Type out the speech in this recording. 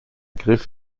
griff